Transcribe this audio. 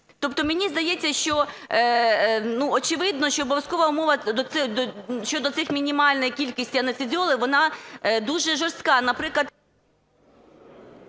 Тобто мені здається, що, очевидно, що обов'язкова умова щодо цих, мінімальна кількість анестезіологів, вона дуже жорстка.